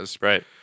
Right